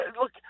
look